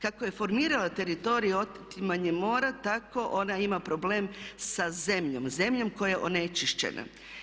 Kako je formirala teritorij otimanjem mora tako ona ima problem sa zemljom, zemljom koja je onečišćena.